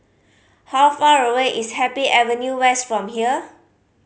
how far away is Happy Avenue West from here